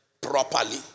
properly